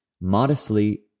modestly